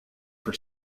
for